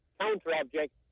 counter-object